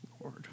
Lord